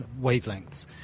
wavelengths